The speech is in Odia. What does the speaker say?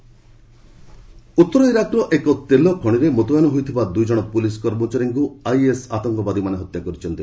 ଇରାକ୍ ଆଟାକ୍ ଉତ୍ତର ଇରାକ୍ର ଏକ ତେଲ ଖଣିରେ ମୁତୟନ ହୋଇଥିବା ଦୁଇ ଜଣ ପୁଲିସ୍ କର୍ମଚାରୀଙ୍କୁ ଆଇଏସ୍ ଆତଙ୍କବାଦୀମାନେ ହତ୍ୟା କରିଛନ୍ତି